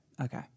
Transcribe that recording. Okay